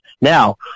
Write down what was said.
Now